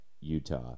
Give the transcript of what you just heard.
Utah